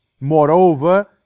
moreover